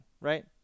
right